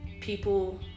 people